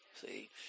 See